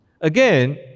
Again